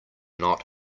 not